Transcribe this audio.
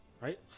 Right